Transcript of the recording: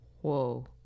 whoa